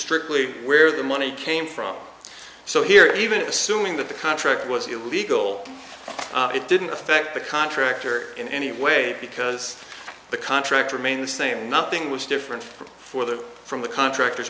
strictly where the money came from so here even assuming that the contract was illegal it didn't affect the contractor in any way because the contract remained the same nothing was different for the from the contractors